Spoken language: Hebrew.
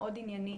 מאוד ענייני,